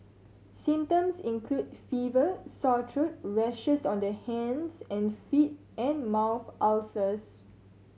symptoms include fever sore throat rashes on the hands and feet and mouth ulcers